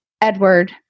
edward